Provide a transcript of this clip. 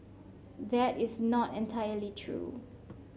that is not entirely true